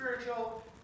spiritual